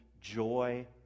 joy